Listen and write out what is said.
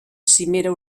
cimera